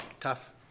tough